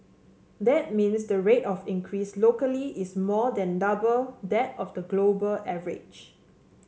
that means the rate of increase locally is more than double that of the global average